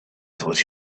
thought